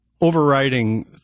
overriding